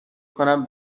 کنم